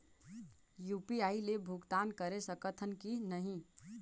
UPI ले भुगतान करे सकथन कि नहीं?